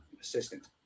Assistant